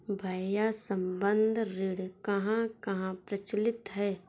भैया संबंद्ध ऋण कहां कहां प्रचलित है?